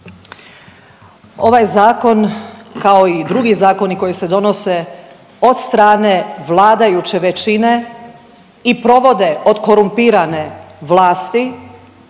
Ovaj zakon kao i drugi zakoni koji se donose od strane vladajuće većine i provode od korumpirane vlasti